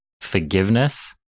forgiveness